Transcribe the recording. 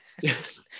yes